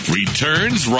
returns